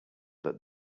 that